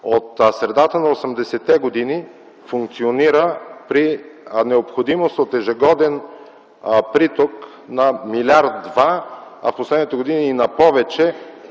от средата на 80-те години функционира при необходимост от ежегоден приток на милиард-два, а в последните години и на повече